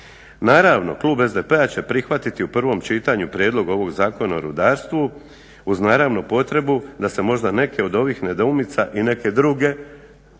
Naravno, klub SDP-a će prihvatiti u prvom čitanju Prijedlog ovog zakona o rudarstvu uz naravno potrebu da se možda neke od ovih nedoumica i neke druge